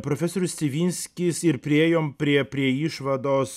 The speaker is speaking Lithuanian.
profesorius civinskis ir priėjom prie prie išvados